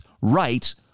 right